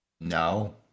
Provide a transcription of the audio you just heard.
No